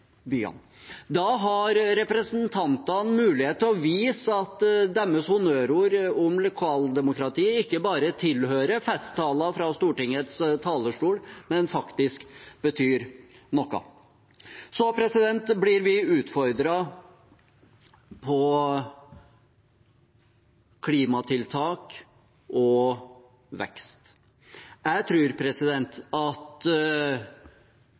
byene. Da har representantene mulighet til å vise at deres honnørord om lokaldemokrati ikke bare tilhører festtaler fra Stortingets talerstol, men faktisk betyr noe. Så blir vi utfordret på klimatiltak og vekst. Jeg tror at